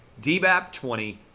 DBAP20